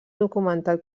documentat